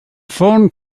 phone